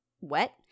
wet